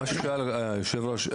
מה ששאל יושב הראש,